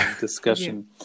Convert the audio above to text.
discussion